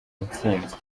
intsinzi